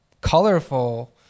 colorful